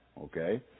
Okay